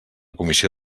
comissió